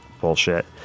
bullshit